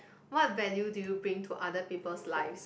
what value do you bring to other people's lives